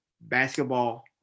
basketball